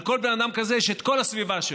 על כל בן אדם כזה יש את כל הסביבה שלו.